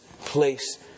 place